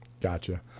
Gotcha